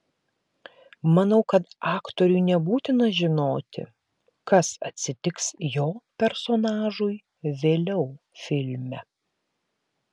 manau kad aktoriui nebūtina žinoti kas atsitiks jo personažui vėliau filme